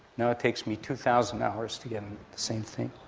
now it takes me two thousand hours to get the same thing.